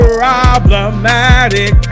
Problematic